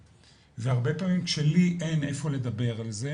והרבה פעמים שלי אין איפה לדבר על זה